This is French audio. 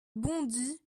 bondy